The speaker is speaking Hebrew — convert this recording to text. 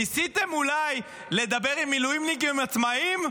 ניסיתם אולי לדבר עם מילואימניקים עצמאים?